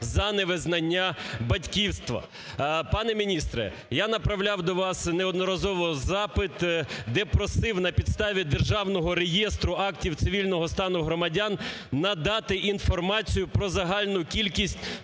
за невизнання батьківства. Пане міністре, я направляв до вас неодноразово запит, де просив на підставі Державного реєстру актів цивільного стану громадян надати інформацію про загальну кількість